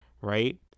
right